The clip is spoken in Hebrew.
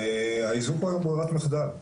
האיזוק הוא היום ברירת מחדל.